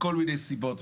בשל כל מיני סיבות,